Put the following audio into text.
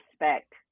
respect